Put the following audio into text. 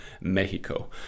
Mexico